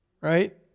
Right